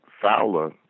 Fowler